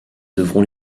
devront